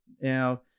Now